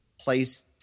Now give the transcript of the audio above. place